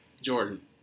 Jordan